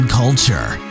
culture